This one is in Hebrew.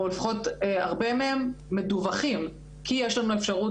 או לפחות רוב המקרים האלה הם מדווחים כי יש לנו אפשרות